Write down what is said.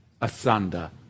asunder